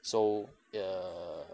so err